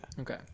Okay